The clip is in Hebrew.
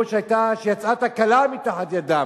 או שיצאה תקלה מתחת ידם,